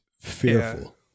fearful